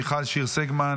מיכל שיר סגמן,